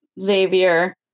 xavier